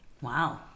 Wow